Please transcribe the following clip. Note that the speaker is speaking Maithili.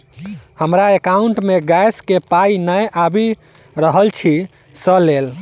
हमरा एकाउंट मे गैस केँ पाई नै आबि रहल छी सँ लेल?